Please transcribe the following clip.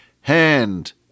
hand